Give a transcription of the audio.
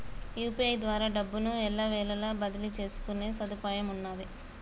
UPI ద్వారా డబ్బును ఎల్లవేళలా బదిలీ చేసుకునే సదుపాయమున్నాది